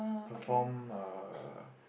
perform uh